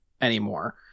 anymore